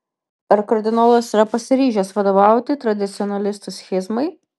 ar kardinolas yra pasiryžęs vadovauti tradicionalistų schizmai